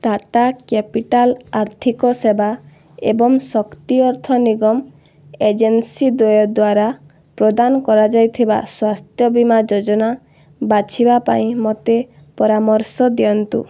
Tata capital ଆର୍ଥିକ ସେବା ଏବଂ ଶକ୍ତି ଅର୍ଥ ନିଗମ ଏଜେନ୍ସି ଦ୍ୱୟ ଦ୍ଵାରା ପ୍ରଦାନ କରାଯାଇଥିବା ସ୍ୱାସ୍ଥ୍ୟ ବୀମା ଯୋଜନା ବାଛିବା ପାଇଁ ମୋତେ ପରାମର୍ଶ ଦିଅନ୍ତୁ